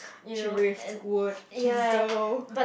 driftwood just go